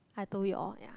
I told you all ya